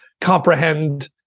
comprehend